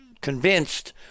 convinced